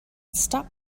stop